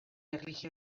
erlijio